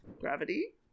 gravity